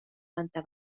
planta